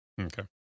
Okay